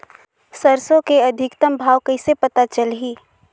सरसो के अधिकतम भाव कइसे पता चलही?